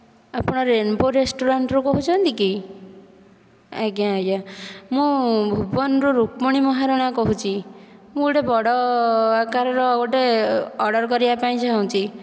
ଆପଣ ରେନ୍ବୋ ରେଷ୍ଟୁରାଣ୍ଟରୁ କହୁଛନ୍ତି କି ଆଜ୍ଞା ଆଜ୍ଞା ମୁଁ ଭୁବନରୁ ରୁକ୍ମଣୀ ମହାରଣା କହୁଛି ମୁଁ ଗୋଟିଏ ବଡ଼ ଆକାରର ଗୋଟିଏ ଅର୍ଡର କରିବାକୁ ଚାହୁଁଛି